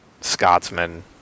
Scotsman